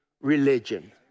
religion